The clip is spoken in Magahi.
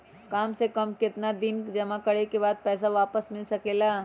काम से कम केतना दिन जमा करें बे बाद पैसा वापस मिल सकेला?